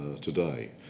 today